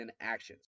actions